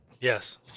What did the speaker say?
Yes